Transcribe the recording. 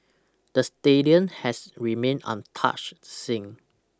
the stadium has remained untouched since